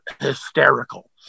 hysterical